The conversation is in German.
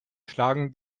schlagen